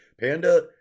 Panda